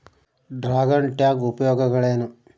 Dragon tank ಉಪಯೋಗಗಳೇನು?